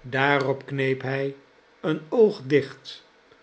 daarop kneep hij een oog dicht